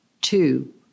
two